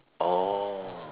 oh